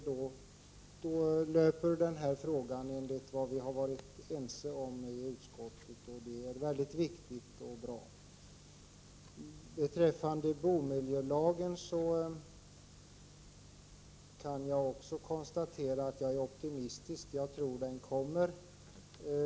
Då löper den här frågan enligt den ordning som vi har varit ense om i utskottet, och det är mycket viktigt och bra. Beträffande bomiljölagen är jag också optimistisk; jag tror att den kommer.